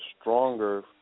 stronger